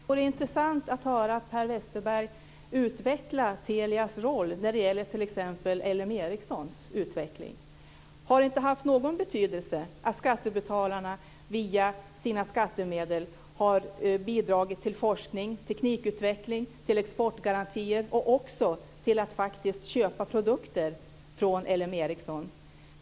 Fru talman! Det vore intressant att höra Per Westerberg utveckla Telias roll när det gäller t.ex. Ericssons utveckling. Har det inte haft någon betydelse att skattebetalarna via sina skattemedel har bidragit till forskning, teknikutveckling, exportgarantier och också till att faktiskt köpa produkter från Ericsson?